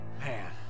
Man